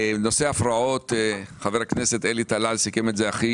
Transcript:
נושא ההפרעות חבר הכנסת אלי דלל סיכם את זה הכי